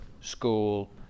school